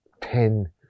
ten